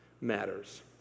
matters